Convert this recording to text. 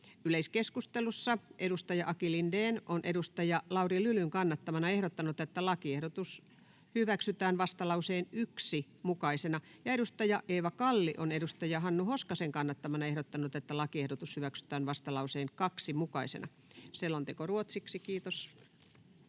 Yleiskeskustelussa edustaja Aki Lindén on edustaja Lauri Lylyn kannattamana ehdottanut, että 1. lakiehdotus hyväksytään vastalauseen 1 mukaisena, ja edustaja Eeva Kalli on edustaja Hannu Hoskosen kannattamana ehdottanut, että 1. lakiehdotus hyväksytään vastalauseen 2 mukaisena. — Selonteko ruotsiksi.